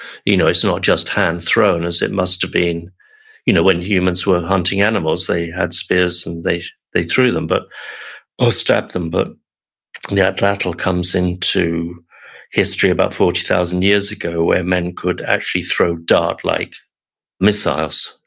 you know it's not just hand thrown as it must have been you know when humans were hunting animals they had spears and they they threw them but or stabbed them. but the atlatl comes into history about forty thousand years ago, where men could actually throw dart-like missiles.